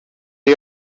ari